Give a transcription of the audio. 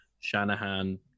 Shanahan